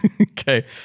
Okay